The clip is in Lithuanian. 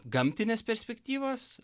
gamtinės perspektyvos